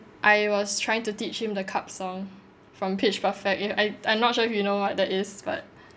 I was trying to teach him the cup song from pitch perfect if I I'm not sure if you know what that is but